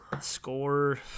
Score